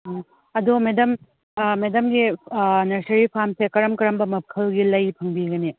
ꯑꯗꯣ ꯃꯦꯗꯥꯝ ꯃꯦꯗꯥꯝꯒꯤ ꯅꯔꯁꯔꯤ ꯐꯥꯔꯝꯁꯦ ꯀꯔꯝ ꯀꯔꯝꯕ ꯃꯈꯜꯒꯤ ꯂꯩ ꯐꯪꯕꯤꯒꯅꯤ